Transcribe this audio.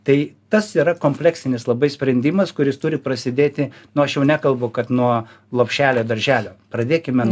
tai tas yra kompleksinis labai sprendimas kuris turi prasidėti nu aš jau nekalbu kad nuo lopšelio darželio pradėkime